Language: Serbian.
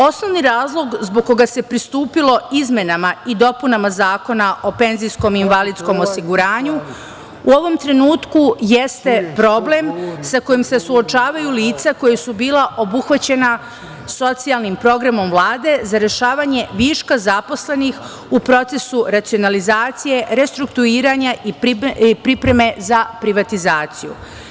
Osnovni razlog zbog koga se pristupilo izmenama i dopunama Zakona o PIO u ovom trenutku jeste problem sa kojim se suočavaju lica koja su bila obuhvaćena socijalnim programom Vlade za rešavanje viška zaposlenih u procesu racionalizacije, restrukturiranja i pripreme za privatizaciju.